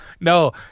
No